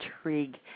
intrigue